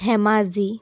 Dhemaji